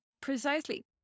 precisely